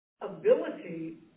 Ability